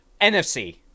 NFC